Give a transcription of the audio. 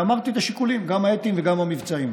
ואמרתי את השיקולים, גם האתיים וגם המבצעיים.